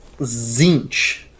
Zinch